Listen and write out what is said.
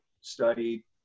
studied